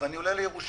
ואני עולה לירושלים,